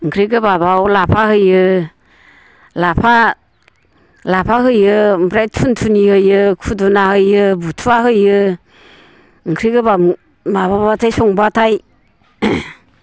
ओंख्रि गोबाबआव लाफा होयो लाफा होयो ओमफ्राय थुनथुनि होयो खुदुना होयो बुथुवा होयो ओंख्रि गोबाब माबाबाथाय संबाथाय